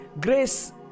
Grace